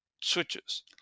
switches